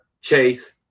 Chase